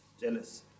jealous